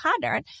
pattern